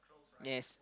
yes